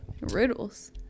Riddles